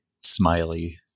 smiley